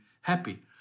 happy